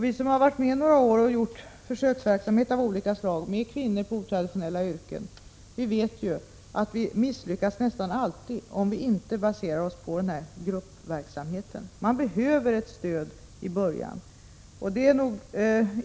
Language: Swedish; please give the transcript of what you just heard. Vi som har varit med några år och bedrivit försöksverksamhet av olika slag med kvinnor i otraditionella yrken känner till att vi nästan alltid misslyckas, om vi inte baserar oss på en gruppverksamhet. Man behöver ett stöd i början.